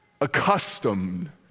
accustomed